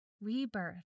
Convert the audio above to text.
rebirth